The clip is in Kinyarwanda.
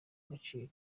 gaciro